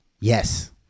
Yes